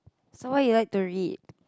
so why you like to read